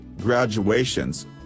graduations